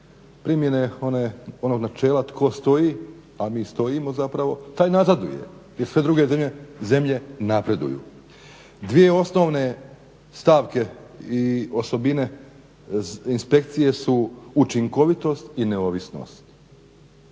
primjene onog načela tko stoji, a mi stojimo zapravo, taj nazaduje jer sve druge zemlje napreduju. 2 osnovne stavke i osobine inspekcije su učinkovitost i neovisnost.